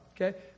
okay